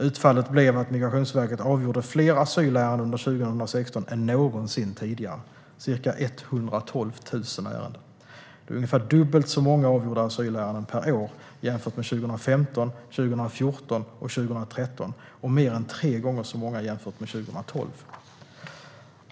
Utfallet blev att Migrationsverket avgjorde fler asylärenden under 2016 än någonsin tidigare, ca 112 000 ärenden. Det är ungefär dubbelt så många avgjorda asylärenden per år jämfört med 2015, 2014 och 2013 och mer än tre gånger så många jämfört med 2012.